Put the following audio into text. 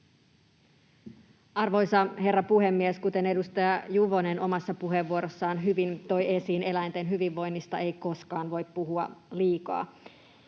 Arvoisa herra puhemies! Kuten edustaja Juvonen omassa puheenvuorossaan hyvin toi esiin, eläinten hyvinvoinnista ei koskaan voi puhua liikaa.